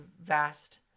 vast